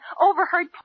overheard